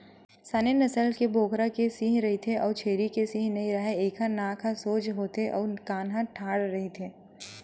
Saanen नसल के बोकरा के सींग रहिथे अउ छेरी के सींग नइ राहय, एखर नाक ह सोज होथे अउ कान ह ठाड़ रहिथे